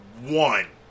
one